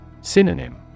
Synonym